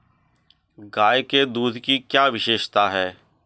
गाय के दूध की क्या विशेषता है?